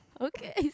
Okay